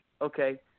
Okay